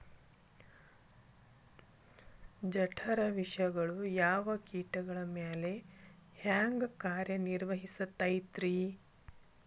ಜಠರ ವಿಷಗಳು ಯಾವ ಕೇಟಗಳ ಮ್ಯಾಲೆ ಹ್ಯಾಂಗ ಕಾರ್ಯ ನಿರ್ವಹಿಸತೈತ್ರಿ?